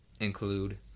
include